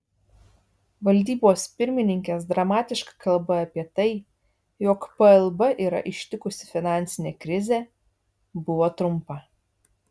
valdybos pirmininkės dramatiška kalba apie tai jog plb yra ištikusi finansinė krizė buvo trumpa